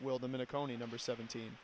will the minute kone number seventeen